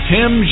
Tim